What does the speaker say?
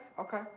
Okay